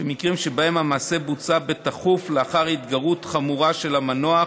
שבמקרים שבהם המעשה בוצע בתכוף לאחר התגרות חמורה של המנוח